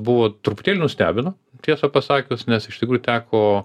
buvo truputėlį nustebino tiesą pasakius nes iš tikrųjų teko